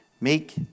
make